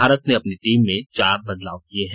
भारत ने अपनी टीम में चार बदलाव किये हैं